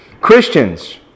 Christians